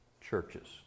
churches